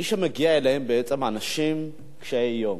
מי שמגיע אליהם בעצם, אנשים קשי-יום,